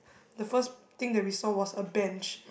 the first thing that we saw was a bench